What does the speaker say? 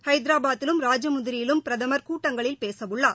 ஹைதராபாதிலும் ராஜமுந்திரியிலும் பிரதமர் கூட்டங்களில் பேசவுள்ளார்